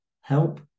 help